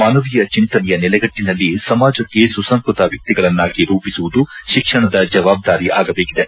ಮಾನವೀಯ ಚಿಂತನೆಯ ನೆಲೆಗಟ್ಟನಲ್ಲಿ ಸಮಾಜಕ್ಕೆ ಸುಸಂಸ್ಟತ ವ್ಹಿಗಳನ್ನಾಗಿ ರೂಪಿಸುವುದು ಶಿಕ್ಷಣದ ಜವಾಬ್ದಾರಿ ಆಗಬೇಕಿದೆ